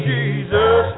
Jesus